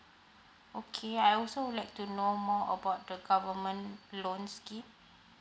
okay I also would like to know more about the government loan scheme